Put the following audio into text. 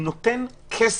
נותן כסף,